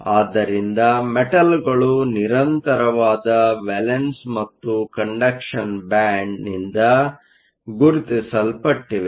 ಆದ್ದರಿಂದ ಮೆಟಲ್ಗಳು ನಿರಂತರವಾದ ವೇಲೆನ್ಸ್ ಮತ್ತು ಕಂಡಕ್ಷನ್ ಬ್ಯಾಂಡ್ ನಿಂದ ಗುರುತಿಸಲ್ಪಟ್ಟಿವೆ